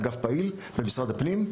האגף פעיל במשרד הפנים,